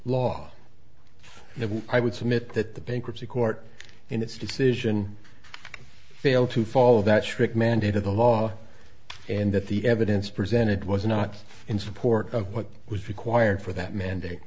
and i would submit that the bankruptcy court in its decision failed to follow that strict mandate of the law and that the evidence presented was not in support of what was required for that mandate